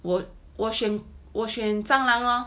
我选我选蟑螂 loh